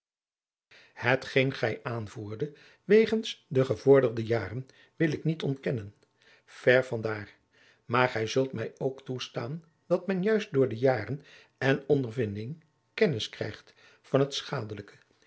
hetgeen gij aanvoerde wegens de gevorderde jaren wil ik niet ontkennen ver van daar maar gij zult mij ook toestaan dat men juist door de jaren en ondervinding kennis krijgt van het schadelijke